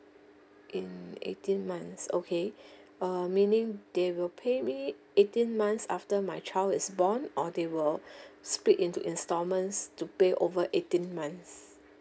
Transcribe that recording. in eighteen months okay err meaning they will pay me eighteen months after my child is born or they will split into instalments to pay over eighteen months